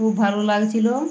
খুব ভালো লাগছিলো